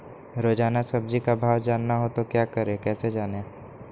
रोजाना सब्जी का भाव जानना हो तो क्या करें कैसे जाने?